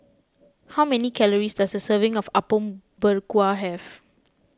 how many calories does a serving of Apom Berkuah have